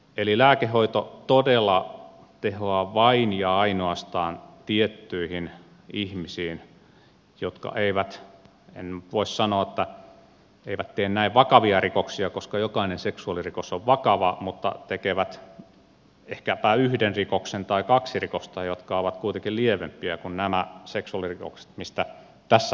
eli lääkehoito todella tehoaa vain ja ainoastaan tiettyihin ihmisiin jotka en nyt voi sanoa että eivät tee näin vakavia rikoksia koska jokainen seksuaalirikos on vakava tekevät ehkäpä yhden rikoksen tai kaksi rikosta jotka ovat kuitenkin lievempiä kuin nämä seksuaalirikokset mistä tässä puhutaan